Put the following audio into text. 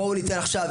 בואו ניתן עכשיו,